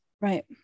Right